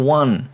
one